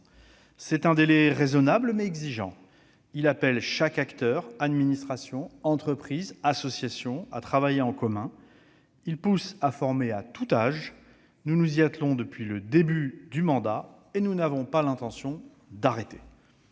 C'est un délai raisonnable, mais exigeant. Il appelle tous les acteurs- administrations, entreprises, associations -à travailler ensemble et il invite à former à tout âge. Nous nous y attelons depuis le début du mandat, et nous n'avons pas l'intention d'arrêter.